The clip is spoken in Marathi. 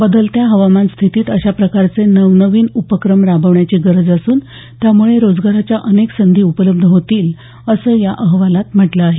बदलत्या हवामान स्थितीत अशा प्रकारचे नवनवीन उपक्रम राबवण्याची गरज असून त्यामुळे रोजगाराच्या अनेक संधी उपलब्ध होतील असंही या अहवालात म्हटलं आहे